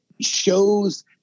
shows